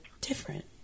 different